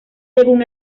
según